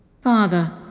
Father